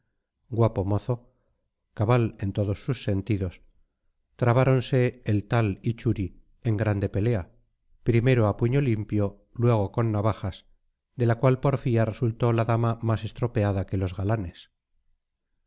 guapo mozo cabal en todos sus sentidos trabáronse el tal y churi en grande pelea primero a puño limpio luego con navajas de la cual porfía resultó la dama más estropeada que los galanes